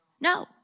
No